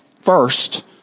first